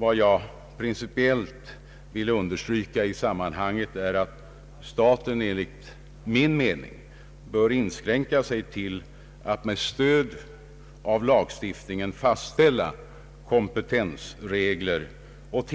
Vad jag principiellt vill understryka i sammanhanget är att staten enligt min mening bör inskränka sig till att med stöd av lagstiftningen fastställa kompetensregler och